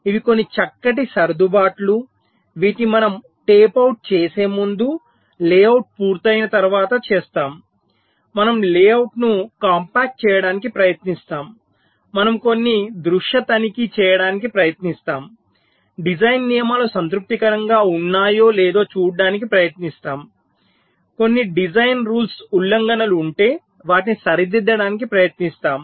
ఇవి కొన్ని చక్కటి సర్దుబాట్లు వీటిని మనం టేప్ అవుట్ చేసే ముందు లేఅవుట్ పూర్తయిన తర్వాత చేస్తాము మనం లేఅవుట్ను కాంపాక్ట్ చేయడానికి ప్రయత్నిస్తాము మనం కొన్ని దృశ్య తనిఖీ చేయడానికి ప్రయత్నిస్తాము డిజైన్ నియమాలు సంతృప్తికరంగా ఉన్నాయో లేదో చూడటానికి ప్రయత్నిస్తాము కొన్ని డిజైన్ రూల్ ఉల్లంఘనలు ఉంటే వాటిని సరిదిద్దడానికి ప్రయత్నిస్తాము